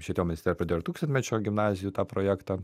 švietimo ministerija pradėjo ir tūkstantmečio gimnazijų tą projektą